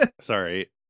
sorry